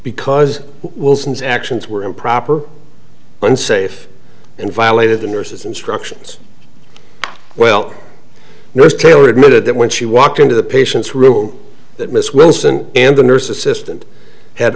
because wilson's actions were improper unsafe and violated the nurses instructions well no skilled admitted that when she walked into the patient's room that miss wilson and the nurse assistant had